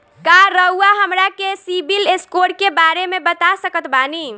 का रउआ हमरा के सिबिल स्कोर के बारे में बता सकत बानी?